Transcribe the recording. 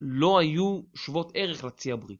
לא היו שוות ערך לצי הבריטי